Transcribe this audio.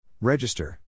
register